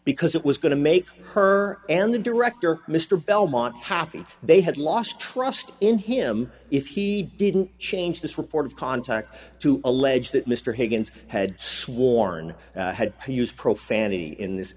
because it was going to make her and the director mr belmont happy they had lost trust in him if he didn't change this report of contact to allege that mr higgins had sworn had used profanity in this